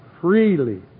freely